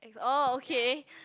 orh okay